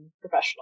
professional